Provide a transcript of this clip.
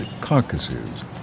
carcasses